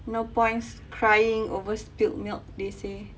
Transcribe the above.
no points crying over spilt milk they say